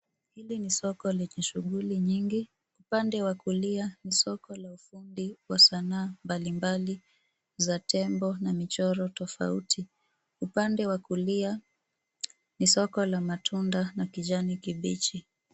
Hili ni soko lenye shughuli nyingi. Upande wa kulia ni soko la ufundi wa sanaa mbalimbali za tembo na michoro tofauti. Upande wa kulia ni soko la matunda na kijani kibichi.